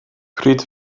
pryd